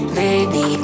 baby